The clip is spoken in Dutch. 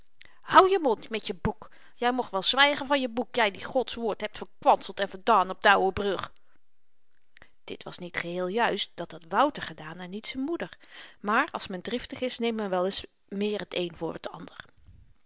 boek houje mond met je boek jy mocht wel zwygen van je boek jy die godswoord hebt verkwanseld en verdaan op d'ouwenbrug dit was niet geheel juist dat had wouter gedaan en niet z'n moeder maar als men driftig is neemt men wel eens meer t een voor t ander